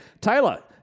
Taylor